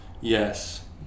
yes